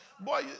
Boy